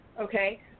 Okay